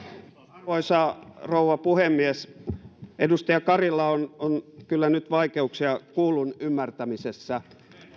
arvoisa rouva puhemies edustaja karilla on on kyllä nyt vaikeuksia kuullun ymmärtämisessä